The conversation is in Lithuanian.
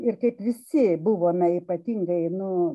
ir kaip visi buvome ypatingai nu